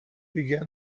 began